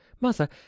mother